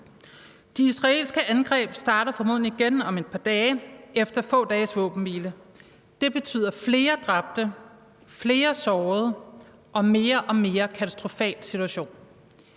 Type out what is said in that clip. De israelske angreb starter formodentlig igen om et par dage efter få dages våbenhvile. Det betyder flere dræbte, flere sårede og en mere og mere katastrofal situation.